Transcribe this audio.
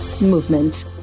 movement